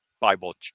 Bible